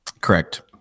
Correct